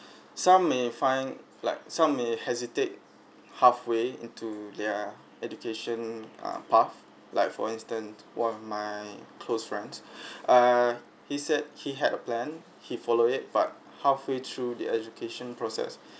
some may find like some may hesitate halfway into their education uh path like for instance one of my close friends err he said he had a plan he follow it but halfway through the education process